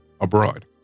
abroad